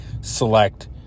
select